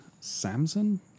samson